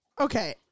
Okay